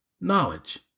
knowledge